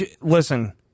Listen